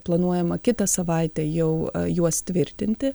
planuojama kitą savaitę jau juos tvirtinti